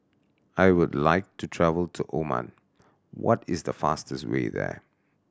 I would like to travel to Oman What is the fastest way there